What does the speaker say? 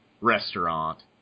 restaurant